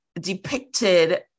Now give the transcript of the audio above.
depicted